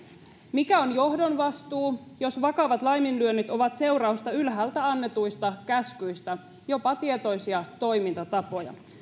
mikä on johdon vastuu jos vakavat laiminlyönnit ovat seurausta ylhäältä annetuista käskyistä jopa tietoisia toimintatapoja